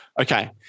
Okay